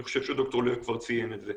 אני חושב שד"ר לב כבר ציין את זה,